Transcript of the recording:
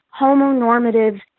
homonormative